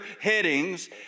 headings